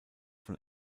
von